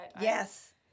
Yes